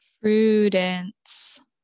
Prudence